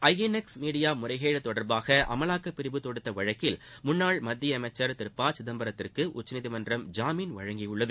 ஐ N X media முறைகேடு தொடர்பாக அமலாக்கப்பிரிவு தொடுத்த வழக்கில் முன்னாள் மத்திய அமைச்சர் திரு ப சிதம்பரத்திற்கு உச்சநீதிமன்றம் ஜாமீன் வழங்கியுள்ளது